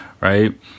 right